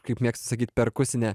kaip mėgstu sakyt perkusinė